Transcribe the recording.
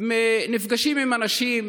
נפגשים עם אנשים,